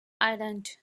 island